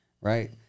right